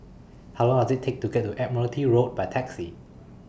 How Long Does IT Take to get to Admiralty Road By Taxi